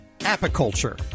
apiculture